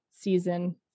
season